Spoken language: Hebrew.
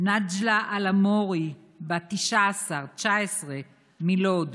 נג'לאא אלעמורי, בת 19, מלוד,